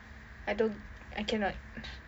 I don't I cannot